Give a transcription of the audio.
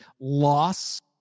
loss